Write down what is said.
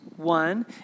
One